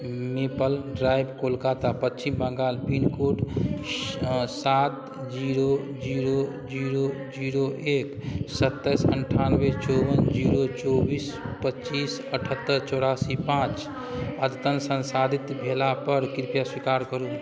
maple drive Kolkata Paschim Bangal pin code सात zero zero zero एक सत्ताइस अण्ठानबे चौबन जीरो चौबीस पच्चीस अठहत्तरि चौरासी पाँच अद्यतन संसाधित भेलापर कृपया स्वीकार करू